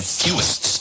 fewest